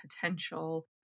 potential